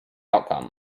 outcome